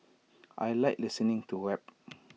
I Like listening to rap